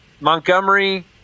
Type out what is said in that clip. montgomery